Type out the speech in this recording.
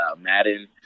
Madden